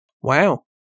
Wow